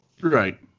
Right